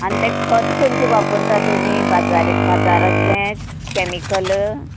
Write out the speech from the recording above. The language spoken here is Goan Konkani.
आनी तेका खत खंयचें वापरतात तुमी बाजार बाजाराचें कॅमिकल